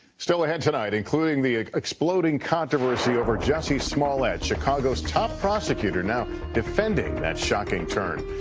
still ahead tonight, including the exploding controversy over jussie smollett. chicago's top prosecutor now defending that shocking turn.